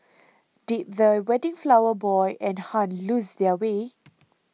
did the wedding flower boy and Hun lose their way